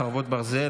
חרבות ברזל),